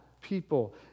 people